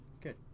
Good